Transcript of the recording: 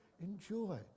Enjoy